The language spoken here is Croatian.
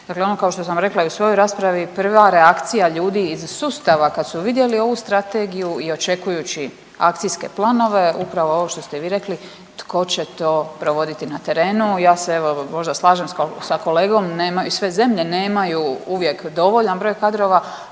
Dakle ono kao što sam rekla i u svojoj raspravi prva reakcija ljudi iz sustava kad su vidjeli ovu strategiju i očekujući akcijske planove, upravo ovo što ste i vi rekli, tko će to provoditi na terenu. Ja se evo možda slažem sa kolegom, nemaju, sve zemlje nemaju uvijek dovoljan broj kadrova,